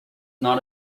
not